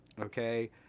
okay